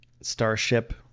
starship